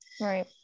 right